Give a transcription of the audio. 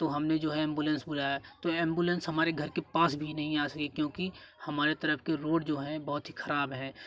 तो हमने जो एंबुलेंस बुलाया तो एंबुलेंस हमारे घर के पास भी नहीं आ सकी क्योंकि हमारे तरफ के रोड जो है बहुत ही खराब है